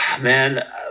man